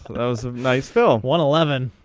those of nice film one eleven.